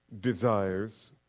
desires